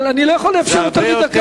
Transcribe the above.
אבל אני לא יכול לאפשר יותר מדקה.